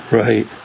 right